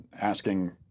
asking